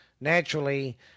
Naturally